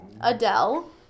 Adele